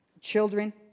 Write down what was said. children